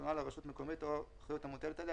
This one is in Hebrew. הנתונה לרשות מקומית או אחריות המוטלת עליה,